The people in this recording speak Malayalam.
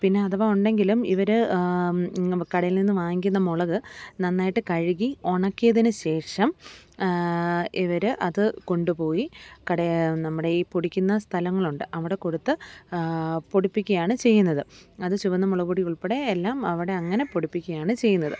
പിന്നെ അഥവാ ഉണ്ടെങ്കിലും ഇവർ കടയിൽ നിന്നും വാങ്ങിക്കുന്ന മുളക് നന്നായിട്ട് കഴുകി ഉണക്കിയതിന് ശേഷം ഇവർ അത് കൊണ്ടുപോയി കടയിൽ കടയിൽ നമ്മുടെ ഈ പൊടിക്കുന്ന സ്ഥലങ്ങളുണ്ട് അവിടെ കൊടുത്ത് പൊടിപ്പിക്കുകയാണ് ചെയ്യുന്നത് അത് ചുവന്നമുളകുപൊടി ഉൾപ്പെടെ എല്ലാം അവിടെ അങ്ങനെ പൊടിപ്പിക്കുകയാണ് ചെയ്യുന്നത്